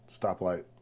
Stoplight